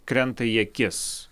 krenta į akis